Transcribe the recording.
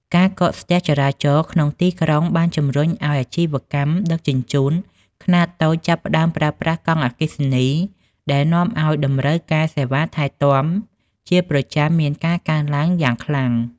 ការកកស្ទះចរាចរណ៍ក្នុងទីក្រុងបានជំរុញឱ្យអាជីវកម្មដឹកជញ្ជូនខ្នាតតូចចាប់ផ្តើមប្រើប្រាស់កង់អគ្គិសនី ដែលនាំឱ្យតម្រូវការសេវាថែទាំជាប្រចាំមានការកើនឡើងយ៉ាងខ្លាំង។